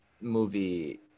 movie